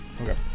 Okay